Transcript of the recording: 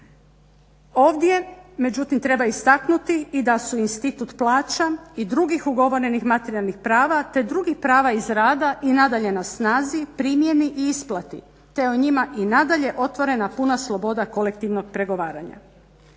ovdje međutim treba istaknuti i da su institut plaća i drugih ugovorenih materijalnih prava te drugih prava iz rada i nadalje na snazi, primjeni i isplati te o njima i nadalje otvorena puna sloboda kolektivnog pregovaranja.